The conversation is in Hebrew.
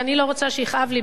אני אתן לך הצעה אחרת.